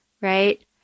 right